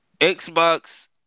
Xbox